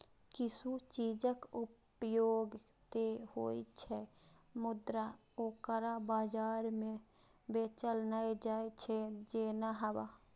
किछु चीजक उपयोग ते होइ छै, मुदा ओकरा बाजार मे बेचल नै जाइ छै, जेना हवा